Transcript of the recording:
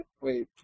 Wait